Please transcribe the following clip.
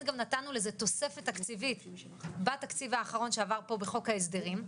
גם נתנו לזה תוספת תקציבית בתקציב האחרון שעבר פה בחוק ההסדרים,